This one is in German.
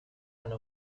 eine